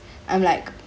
I'm like